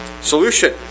solution